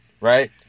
Right